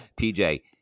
PJ